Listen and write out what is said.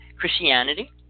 Christianity